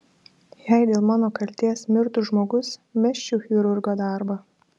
jei dėl mano kaltės mirtų žmogus mesčiau chirurgo darbą